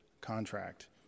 contract